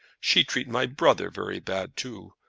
she treat my brother very bad too.